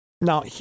now